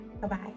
Bye-bye